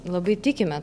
labai tikime